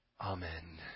amen